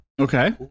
Okay